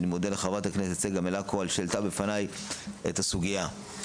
אני מודה לחברת הכנסת צגה מלקו על שהעלתה בפני את הסוגיה.